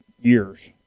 years